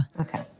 Okay